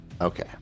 Okay